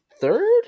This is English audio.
third